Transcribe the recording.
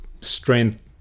strength